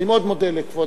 אני מאוד מודה לכבוד,